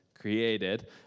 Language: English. created